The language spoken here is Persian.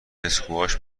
اسکواش